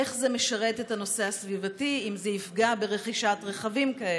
איך זה משרת את הנושא הסביבתי אם זה יפגע ברכישת רכבים כאלה.